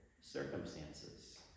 circumstances